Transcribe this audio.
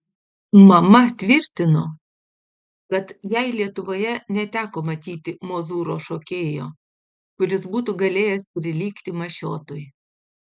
mama tvirtino kad jai lietuvoje neteko matyti mozūro šokėjo kuris būtų galėjęs prilygti mašiotui